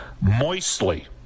moistly